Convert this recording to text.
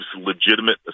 legitimate